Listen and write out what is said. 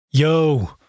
Yo